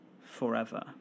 forever